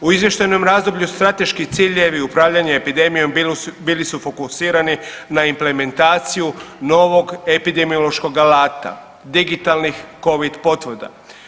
U izvještajnom razdoblju strateški ciljevi upravljanja epidemijom bili su fokusirani na implementaciju novog epidemiološkog alata, digitalnih Covid potvrda.